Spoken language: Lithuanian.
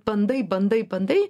bandai bandai bandai